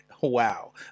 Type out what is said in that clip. Wow